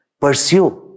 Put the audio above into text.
pursue